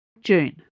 June